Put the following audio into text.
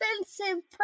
expensive